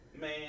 Man